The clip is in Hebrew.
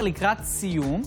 ביקוש, תחרות וכו'.